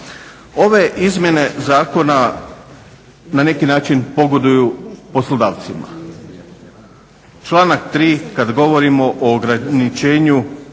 Ove izmjene zakona na neki način pogoduju poslodavcima. Članak 3. kad govorimo o ograničenju